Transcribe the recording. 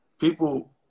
people